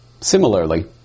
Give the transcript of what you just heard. Similarly